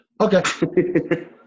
Okay